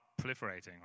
proliferating